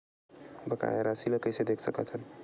बकाया राशि ला कइसे देख सकत हान?